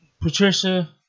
Patricia